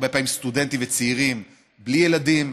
הרבה פעמים סטודנטים וצעירים בלי ילדים,